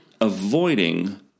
avoiding